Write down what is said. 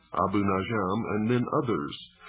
abu najam, and then others.